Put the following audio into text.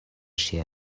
ŝia